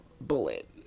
bullet